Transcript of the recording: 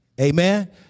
Amen